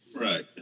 Right